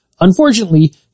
unfortunately